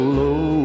low